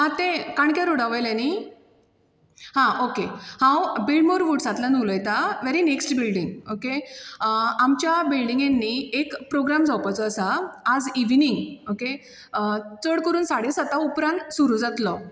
आं तें काणके रोडा वयलें नी हां ओके हांव बिल्डमोर वुड्सांतल्यान उलयतां वेरी नॅक्श्ट बिंल्डींग ओके आमच्या बिंल्डींगेंत नी एक प्रोग्राम जावपाचो आसा आज इविनींग ओके चड करून साडे सातां उपरांत सुरू जातलो